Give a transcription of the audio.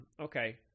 Okay